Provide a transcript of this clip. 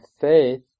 faith